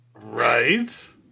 Right